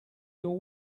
your